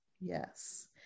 Yes